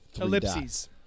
Ellipses